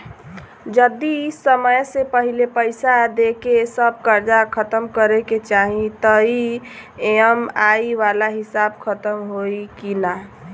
जदी समय से पहिले पईसा देके सब कर्जा खतम करे के चाही त ई.एम.आई वाला हिसाब खतम होइकी ना?